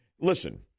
listen